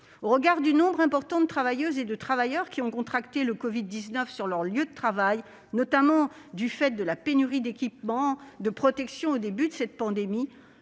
Au regard du nombre important de travailleuses et de travailleurs qui ont contracté le covid-19 sur leur lieu de travail, notamment du fait de la pénurie d'équipement de protection au début de cette pandémie,